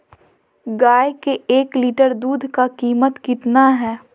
गाय के एक लीटर दूध का कीमत कितना है?